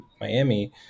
Miami